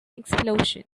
explosion